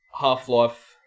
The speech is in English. Half-Life